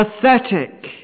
pathetic